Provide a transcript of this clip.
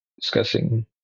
discussing